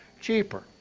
cheaper